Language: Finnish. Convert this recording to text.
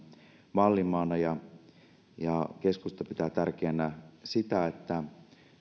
mallimaana keskusta pitää tärkeänä sitä että